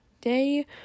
day